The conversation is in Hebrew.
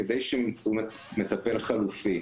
כדי שהם ימצאו מטפל חלופי,